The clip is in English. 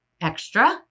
extra